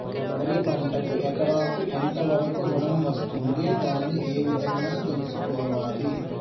వరి పంటకు ఎకరాకు ఎంత వరకు ఋణం వస్తుంది దాన్ని ఏ విధంగా తెలుసుకోవాలి?